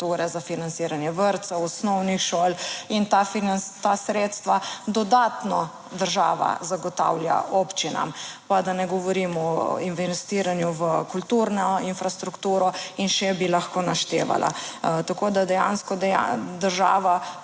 za financiranje vrtcev, osnovnih šol in ta sredstva dodatno država zagotavlja občinam, pa da ne govorim o investiranju v kulturno infrastrukturo in še bi lahko naštevala. Tako da dejansko država